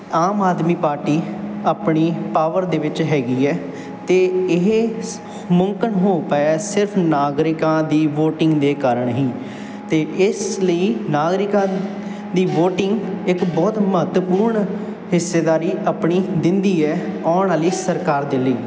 ਆਮ ਆਦਮੀ ਪਾਰਟੀ ਆਪਣੀ ਪਾਵਰ ਦੇ ਵਿੱਚ ਹੈਗੀ ਹੈ ਅਤੇ ਇਹ ਮੁਮਕਿਨ ਹੋ ਪਾਇਆ ਸਿਰਫ਼ ਨਾਗਰਿਕਾਂ ਦੀ ਵੋਟਿੰਗ ਦੇ ਕਾਰਣ ਹੀ ਅਤੇ ਇਸ ਲਈ ਨਾਗਰਿਕਾਂ ਦੀ ਵੋਟਿੰਗ ਇੱਕ ਬਹੁਤ ਮਹੱਤਵਪੂਰਨ ਹਿੱਸੇਦਾਰੀ ਆਪਣੀ ਦਿੰਦੀ ਹੈ ਆਉਣ ਵਾਲੀ ਸਰਕਾਰ ਦੇ ਲਈ